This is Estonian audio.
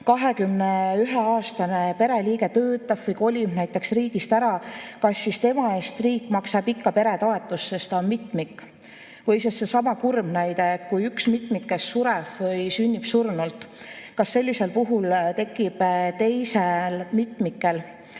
21‑aastane pereliige töötab või kolib näiteks riigist ära, kas siis tema eest riik maksab ikka peretoetust, sest ta on mitmik? Või seesama kurb näide: kui üks mitmikest sureb või sünnib surnult, kas siis sellisel puhul tekib teisel mitmikul